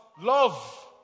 love